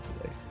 today